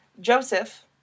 Joseph